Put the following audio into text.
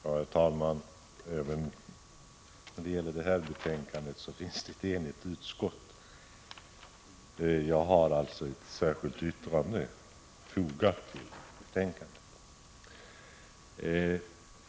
Herr talman! Även bakom det här betänkandet står ett enigt utskott. Jag har fogat ett särskilt yttrande till betänkandet.